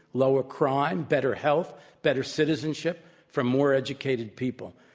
lower crime, better health, better citizenship for more educated people.